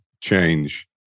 change